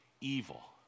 evil